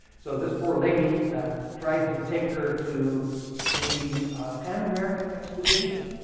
so this poor lady tried to take her to the pan american exposition.